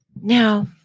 Now